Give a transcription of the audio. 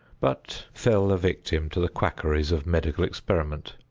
but fell a victim to the quackeries of medical experiment.